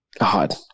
God